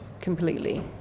completely